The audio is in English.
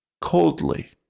coldly